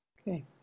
okay